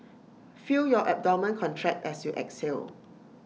feel your abdomen contract as you exhale